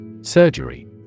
Surgery